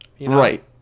Right